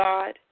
God